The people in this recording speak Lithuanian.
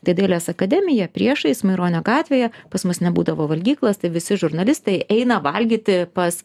tai dailės akademija priešais maironio gatvėje pas mus nebūdavo valgyklos tai visi žurnalistai eina valgyti pas